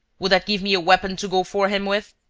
would that give me a weapon to go for him with?